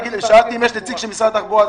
שאלתי אם יש נציג של משרד התחבורה.